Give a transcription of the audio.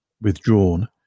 withdrawn